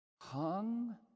hung